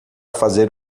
fazer